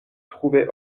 trouvait